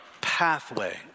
pathway